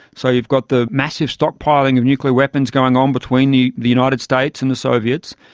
so you've got the massive stockpiling of nuclear weapons going on between the the united states and the soviets,